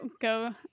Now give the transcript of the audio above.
go